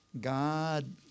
God